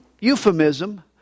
euphemism